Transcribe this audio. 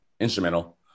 instrumental